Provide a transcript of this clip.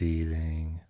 Feeling